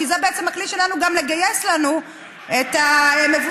כי זה בעצם הכלי שלנו גם לגייס אלינו את המבוטחים.